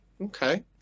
okay